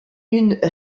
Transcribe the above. une